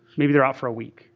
maybe they're out for a week.